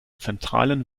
zentralen